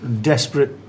desperate